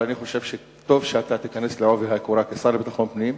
אבל אני חושב שטוב שאתה תיכנס בעובי הקורה כשר לביטחון פנים,